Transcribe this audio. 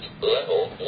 level